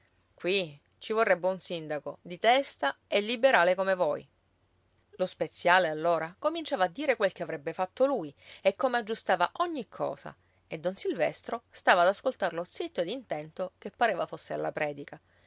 qui ci vorrebbe un sindaco di testa e liberale come voi lo speziale allora cominciava a dire quel che avrebbe fatto lui e come aggiustava ogni cosa e don silvestro stava ad ascoltarlo zitto ed intento che pareva fosse alla predica